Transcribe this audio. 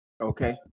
Okay